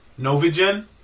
Novigen